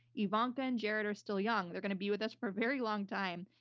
ivanka and jared are still young. they're going to be with us for very long time,